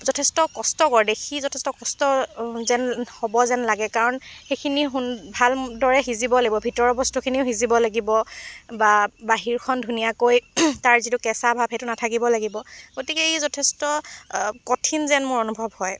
যথেষ্ট কষ্টকৰ দেখি যথেষ্ট কষ্ট যেন হ'ব যেন লাগে কাৰণ সেইখিনি সুন ভাল দৰে সিজিব লাগিব ভিতৰৰ বস্তুখিনিও সিজিব লাগিব বা বাহিৰখন ধুনীয়াকৈ তাৰ যিটো কেঁচা ভাব সেইটো নাথাকিব লাগিব গতিকে ই যথেষ্ট কঠিন যেন মোৰ অনুভৱ হয়